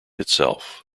itself